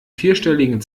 vierstelligen